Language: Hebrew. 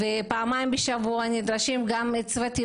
פעמיים בשבוע נדרשים גם צוותי